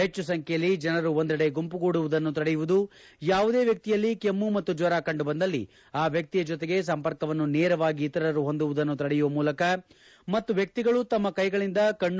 ಹೆಚ್ಚು ಸಂಖ್ಯೆಯಲ್ಲಿ ಜನರು ಒಂದೆಡೆ ಗುಂಪುಗೂಡುವುದನ್ನು ತಡೆಯುವುದು ಯಾವುದೇ ವ್ಯಕ್ತಿಯಲ್ಲಿ ಕೆಮ್ನು ಮತ್ತು ಜ್ವರ ಕಂಡುಬಂದಲ್ಲಿ ಆ ವ್ಯಕ್ತಿಯ ಜೊತೆಗೆ ಸಂಪರ್ಕವನ್ನು ನೇರವಾಗಿ ಇತರರು ಹೊಂದುವುದನ್ನು ತಡೆಯುವ ಮೂಲಕ ಮತ್ತು ವ್ಯಕ್ತಿಗಳು ತಮ್ಮ ಕೈಗಳಿಂದ ಕಣ್ಣ